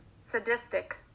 Sadistic